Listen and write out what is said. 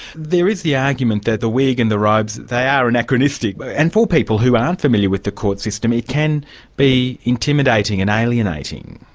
there is the argument that the wig and the robes, they are anachronistic but and for people who aren't familiar with the court system, it can be intimidating and alienating.